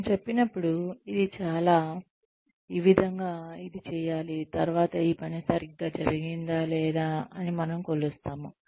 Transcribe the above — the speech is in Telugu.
మనము చెప్పినప్పుడు ఇది ఇలా ఈ విధంగా ఇది చేయాలి తర్వాత ఈ పని సరిగ్గా జరిగిందా లేదా అని మనము కొలుస్తాము